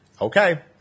Okay